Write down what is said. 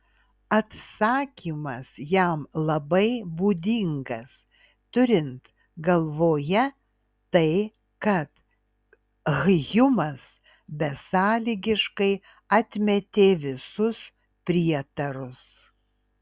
atsakymas jam labai būdingas turint galvoje tai kad hjumas besąlygiškai atmetė visus prietarus